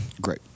great